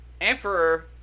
emperor